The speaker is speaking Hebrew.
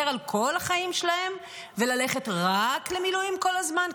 על כל החיים שלהם וללכת רק למילואים כל הזמן?